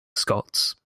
scots